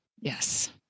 Yes